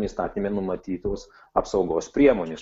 įstatyme numatytos apsaugos priemonės